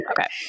Okay